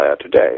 today